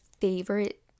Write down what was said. favorite